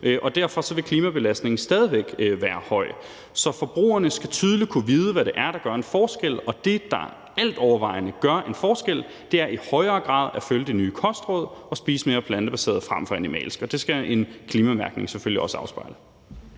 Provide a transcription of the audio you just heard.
og derfor vil klimabelastningen stadig væk være høj. Så forbrugerne skal tydeligt kunne se, hvad det er, der gør en forskel, og det, der altovervejende gør en forskel, er i højere grad at følge de nye kostråd og spise mere plantebaseret frem for animalsk. Det skal en klimamærkning selvfølgelig også afspejle.